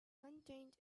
contained